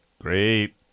great